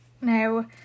now